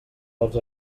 dels